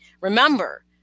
Remember